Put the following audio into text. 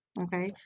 okay